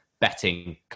betting